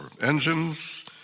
engines